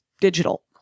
digital